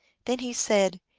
then he said,